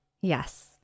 Yes